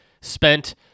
spent